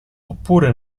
oppure